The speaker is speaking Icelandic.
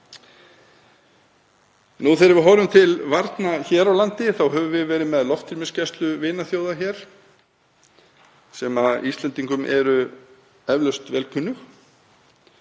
Þegar við horfum til varna hér á landi höfum við verið með loftrýmisgæslu vinaþjóða hér sem Íslendingum eru eflaust vel kunnug.